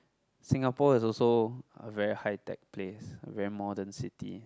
Singapore is also a very high tech place a very modern city